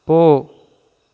போ